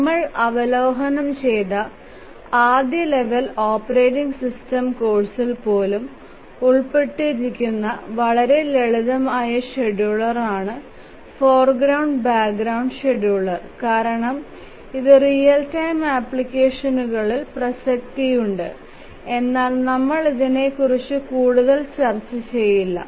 നമ്മൾ അവലോകനം ചെയ്ത ആദ്യ ലെവൽ ഓപ്പറേറ്റിംഗ് സിസ്റ്റം കോഴ്സിൽ പോലും ഉൾപ്പെടുത്തിയിരിക്കുന്ന വളരെ ലളിതമായ ഷെഡ്യൂളറാണ് ഫോർഗ്രൌണ്ട് ബാക്ക്ഗ്രൌണ്ട് ഷെഡ്യൂളർ കാരണം ഇത് റിയൽ ടൈം അപ്ലിക്കേഷനുകഇൽ പ്രസക്തിയുണ്ട് എന്നാൽ നമ്മൾ ഇതിനെക്കുറിച്ച് കൂടുതൽ ചർച്ച ചെയ്യില്ല